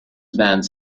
bands